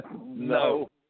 No